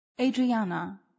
Adriana